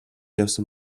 явсан